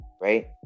right